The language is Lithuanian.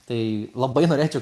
tai labai norėčiau